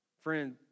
Friend